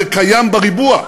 זה קיים בריבוע.